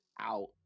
out